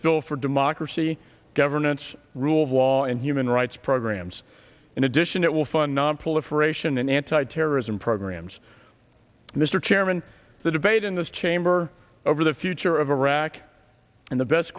bill for democracy governance rule of law and human rights programs in addition it will fund nonproliferation and anti terrorism programs mr chairman the debate in this chamber over the future of iraq and the best